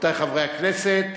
רבותי חברי הכנסת,